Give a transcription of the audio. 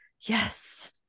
Yes